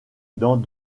dans